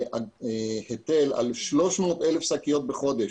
שגובה היטל על 300,000 שקיות בחודש,